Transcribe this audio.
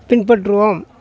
பின்பற்றவோம்